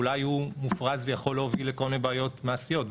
אולי הוא מופרז ויכול להוביל לכל מיני בעיות מעשיות.